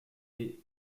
des